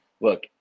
look